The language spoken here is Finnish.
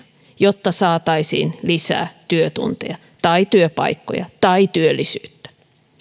jotta saataisiin lisää työtunteja tai työpaikkoja tai työllisyyttä